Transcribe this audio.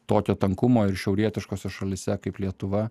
tokio tankumo ir šiaurietiškose šalyse kaip lietuva